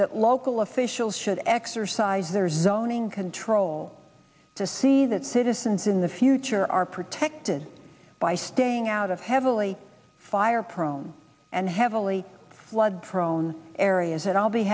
that local officials should exercise their zoning control to see that citizens in the future are protected by staying out of heavily fire prone and heavily flood prone areas and i'll be